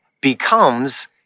becomes